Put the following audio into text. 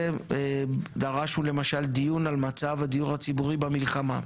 דרש למשל דיון על הדיור הציבורי במלחמה.